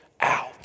out